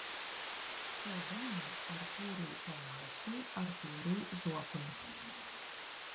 saldainiai artūrui paulauskui artūrui zuokui